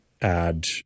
add